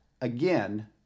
again